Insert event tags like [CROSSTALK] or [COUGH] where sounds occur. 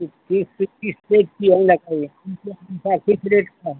[UNINTELLIGIBLE] किस रेट का